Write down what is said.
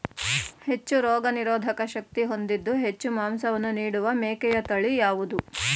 ಹೆಚ್ಚು ರೋಗನಿರೋಧಕ ಶಕ್ತಿ ಹೊಂದಿದ್ದು ಹೆಚ್ಚು ಮಾಂಸವನ್ನು ನೀಡುವ ಮೇಕೆಯ ತಳಿ ಯಾವುದು?